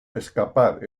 escapar